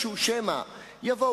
אבל כל כך מהר נכנסנו לדיונים האלה,